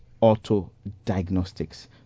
auto-diagnostics